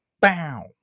Bow